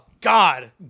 God